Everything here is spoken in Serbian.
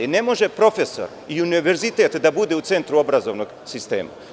Ne može profesor i univerzitet da bude u centru obrazovnog sistema.